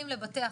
אלינה.